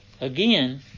again